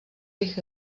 bych